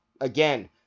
again